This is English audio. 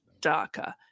darker